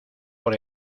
por